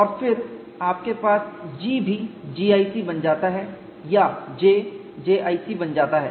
और फिर आपके पास G भी GIC बन जाता है या J JIC बन जाता है